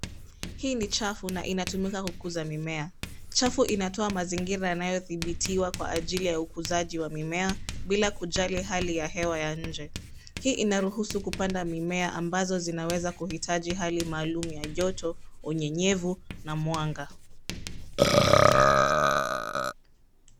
Hii ni chafu na unatumika kukuza mimea. Chafu inatoka mazingira inayodhibitiwa kwa ajili ya ukuzaji wa mimea bila kujali hali ya hewa ya nje. Hii inaruhusu kupanda mimea ambazo zinaweza kuhitaji hali maalum ya joto, unyenyevu na mwanga.